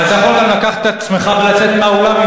ואתה יכול גם לקחת את עצמך ולצאת מהאולם,